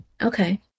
okay